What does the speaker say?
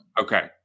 Okay